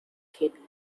hidden